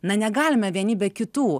na negalime vieni be kitų